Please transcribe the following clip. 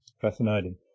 fascinating